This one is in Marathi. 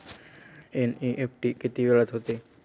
एन.इ.एफ.टी किती वेळात होते?